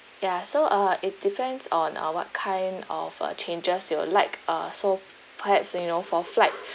ya so uh it depends on uh what kind of uh changes you would like uh so perhaps you know for flight